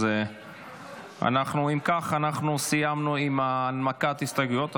אם כך, סיימנו את הנמקת ההסתייגויות.